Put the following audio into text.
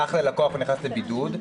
הלך ללקוח ונכנס לבידוד.